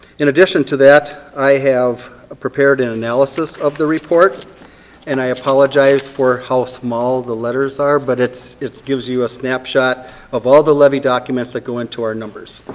in addition to that, i have prepared an analysis of the report and i apologize for how small the letters are but it gives you a snapshot of all the levy documents that go into our numbers.